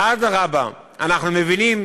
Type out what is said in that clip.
בחדר המשא-ומתן, אלא אדרבה, אנחנו מבינים